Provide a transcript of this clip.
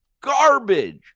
garbage